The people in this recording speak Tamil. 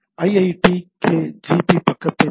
IITKgp பக்கத்தைப் பார்த்தால்